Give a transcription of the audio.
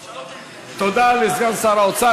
תודה לסגן שר האוצר.